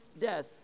death